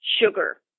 sugar